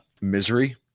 misery